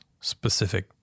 specific